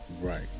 Right